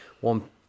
one